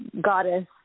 goddess